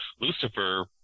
Lucifer